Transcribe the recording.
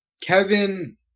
Kevin